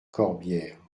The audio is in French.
corbières